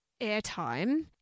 airtime